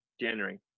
January